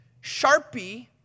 Sharpie